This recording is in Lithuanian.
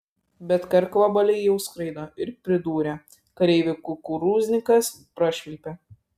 bet karkvabaliai jau skraido ir pridūrė kareivių kukurūznikas prašvilpė